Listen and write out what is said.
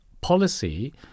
policy